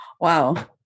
Wow